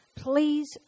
Please